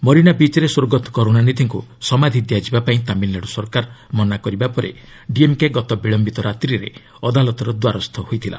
ମରିନା ବିଚ୍ରେ ସ୍ୱର୍ଗତ କରୁଣାନିଧିଙ୍କୁ ସମାଧି ଦିଆଯିବାପାଇଁ ତାମିଲ୍ନାଡୁ ସରକାର ମନା କରିବା ପରେ ଡିଏମ୍କେ ଗତ ବିଳୟିତ ରାତ୍ରିରେ ଅଦାଲତର ଦ୍ୱାରସ୍ଥ ହୋଇଥିଲା